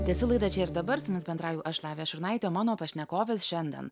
tęsiu laidą čia ir dabar su jumis bendrauju aš lavija šurnaitė o mano pašnekovės šiandien